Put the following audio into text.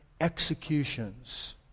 executions